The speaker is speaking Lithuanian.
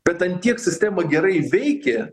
bet an tiek sistema gerai veikė